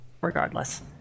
regardless